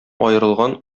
аерылган